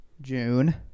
June